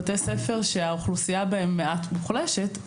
בתי ספר שהאוכלוסייה בהם מעט מוחלשת,